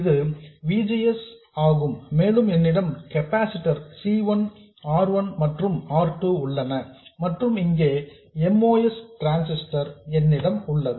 இது V S ஆகும் மேலும் என்னிடம் கெப்பாசிட்டர் C 1 R 1 மற்றும் R 2 உள்ளன மற்றும் இங்கே MOS டிரான்ஸிஸ்டர் என்னிடம் உள்ளது